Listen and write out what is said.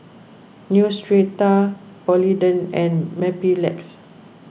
Neostrata Polident and Mepilex